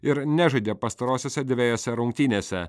ir nežaidė pastarosiose dvejose rungtynėse